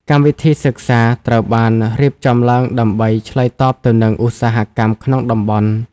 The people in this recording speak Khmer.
កម្មវិធីសិក្សាត្រូវបានរៀបចំឡើងដើម្បីឆ្លើយតបទៅនឹងឧស្សាហកម្មក្នុងតំបន់។